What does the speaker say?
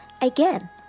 again